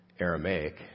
Aramaic